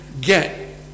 get